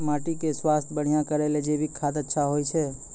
माटी के स्वास्थ्य बढ़िया करै ले जैविक खाद अच्छा होय छै?